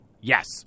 yes